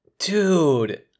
Dude